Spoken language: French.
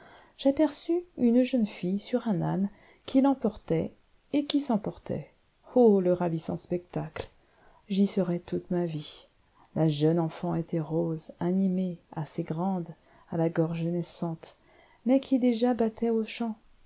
j'aperçus une jeune fille sur un âne qui l'emportait et qui s'emportait o le ravissant spectacle j'y serai toute ma vie la jeune enfant était rose animée assez grande à la gorge naissante mais qui déjà battait aux champs